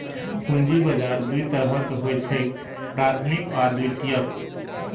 पूंजी बाजार दू तरहक होइ छैक, प्राथमिक आ द्वितीयक